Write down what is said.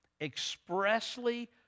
expressly